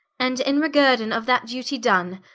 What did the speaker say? and in reguerdon of that dutie done,